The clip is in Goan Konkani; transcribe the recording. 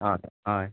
हय हय